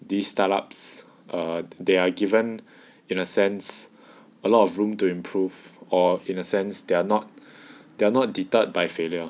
these startups err they are given in a sense a lot of room to improve or in a sense they're not they're not deterred by failure